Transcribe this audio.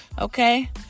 Okay